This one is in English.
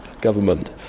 government